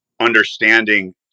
understanding